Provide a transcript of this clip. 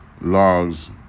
logs